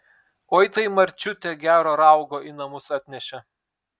oi tai marčiutė gero raugo į namus atnešė